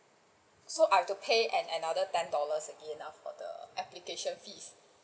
so I've to pay an~ another ten dollars again ah for the application fees